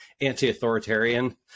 anti-authoritarian